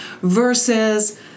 versus